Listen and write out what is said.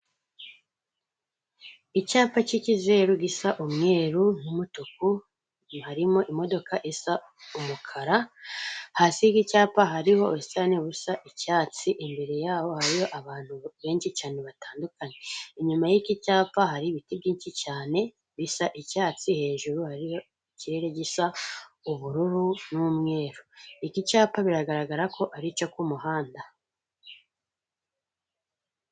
Icyapa cy'ikizeru gisa umweru n'umutuku harimo imodoka isa umukara, hasi y'iki cyapa hariho ubusitani busa icyatsi, imbere yaho hariho abantu benshi cyane batandukanye. Inyuma y'iki cyapa hari ibiti byinshi cyane bisa icyatsi, hejuru hariho ikirere gisa ubururu n'umweru. Iki cyapa biragaragara ko ari icyo ku muhanda.